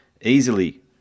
Easily